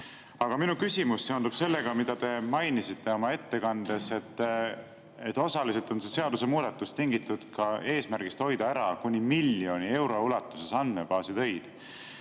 Aga minu küsimus seondub sellega, mida te mainisite oma ettekandes. [Te ütlesite], et osaliselt on see seadusemuudatus tingitud eesmärgist hoida ära kuni miljoni euro ulatuses andmebaasi töid.